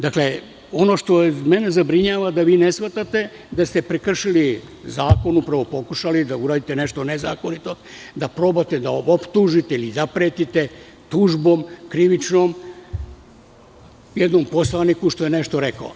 Dakle, ono što mene zabrinjava jeste da vi ne shvatate da ste prekršili zakon, upravo pokušali da uradite nešto nezakonito, da probate da optužite ili zapretite tužbom krivičnom jednom poslaniku što je nešto rekao.